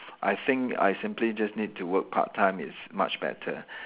I think I simply just need to work part time it's much better